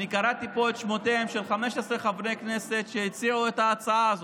קראתי פה בשמותיהם של 15 חברי כנסת שהציעו את ההצעה הזאת.